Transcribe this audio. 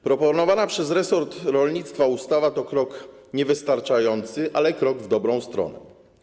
Proponowana przez resort rolnictwa ustawa to krok niewystarczający, ale krok w dobrą stronę.